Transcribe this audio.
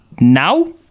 now